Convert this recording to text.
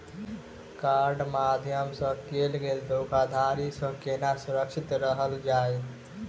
कार्डक माध्यम सँ कैल गेल धोखाधड़ी सँ केना सुरक्षित रहल जाए?